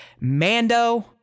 Mando